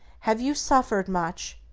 have you suffered much?